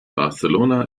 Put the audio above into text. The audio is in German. barcelona